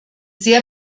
sehr